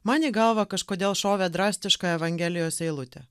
man į galvą kažkodėl šovė drastiška evangelijos eilutė